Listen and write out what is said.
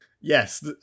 Yes